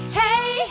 hey